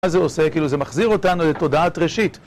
מה זה עושה? כאילו זה מחזיר אותנו לתודעת ראשית.